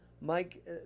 Mike